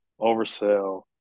oversell